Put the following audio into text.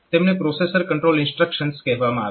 તેમને processor control instructions કહેવામાં આવે છે